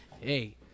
Hey